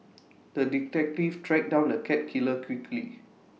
the detective track down the cat killer quickly